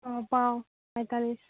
ᱚ ᱵᱟᱣ ᱯᱚᱭᱛᱟᱞᱤᱥ